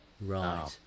right